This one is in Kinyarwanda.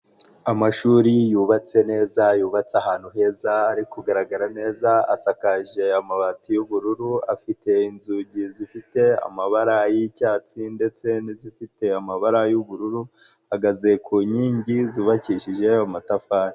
Amashuri yubatse neza, yubatse ahantu heza, ari kugaragara neza, asakaje amabati y'ubururu, afite inzugi zifite amabara y'icyatsi ndetse n'izifite amabara y'ubururu, ahagaze ku nkingi zubakishije amatafari.